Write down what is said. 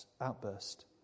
outburst